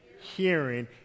Hearing